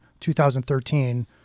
2013